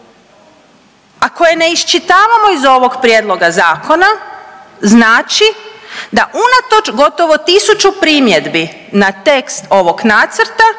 koje ne iščitavamo iz ovog prijedloga zakona, znači da unatoč gotovo tisuću primjedbi na tekst ovog nacrta